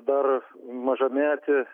dar mažametį